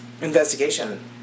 investigation